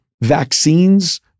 vaccines